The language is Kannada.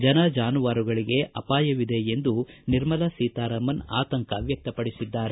ಜನ ಜಾನುವಾರುಗಳಗೆ ಅಪಾಯವಿದೆ ಎಂದು ನಿರ್ಮಲಾ ಸೀತಾರಾಮನ್ ಆತಂಕ ವ್ಯಕ್ತಪಡಿಸಿದರು